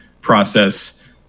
process